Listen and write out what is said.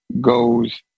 goes